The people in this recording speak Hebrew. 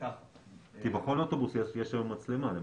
שכפי שאמרתי בשבועות הקרובים תצא להיוועצות